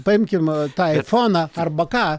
paimkim tą aifoną arba ką